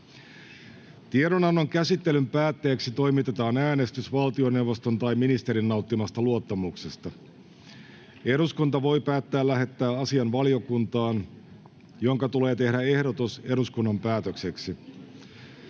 Tiedonannon käsittelyn päätteeksi toimitetaan äänestys valtioneuvoston tai ministerin nauttimasta luottamuksesta. Eduskunta voi päättää lähettää asian valiokuntaan, jonka tulee tehdä ehdotus eduskunnan päätökseksi.